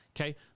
Okay